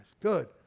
good